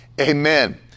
Amen